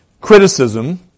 criticism